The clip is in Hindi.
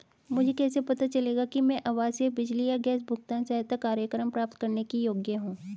मुझे कैसे पता चलेगा कि मैं आवासीय बिजली या गैस भुगतान सहायता कार्यक्रम प्राप्त करने के योग्य हूँ?